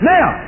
Now